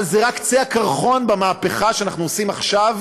אבל זה רק קצה הקרחון במהפכה שאנחנו עושים עכשיו